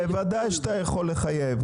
בוודאי שאתה יכול לחייב.